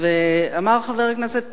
אמר חבר הכנסת